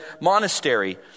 monastery